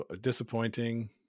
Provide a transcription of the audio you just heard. Disappointing